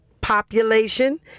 population